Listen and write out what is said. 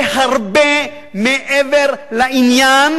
זה הרבה מעבר לעניין